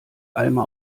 alma